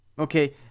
Okay